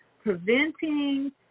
Preventing